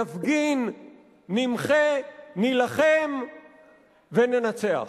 נפגין, נמחה, נילחם וננצח.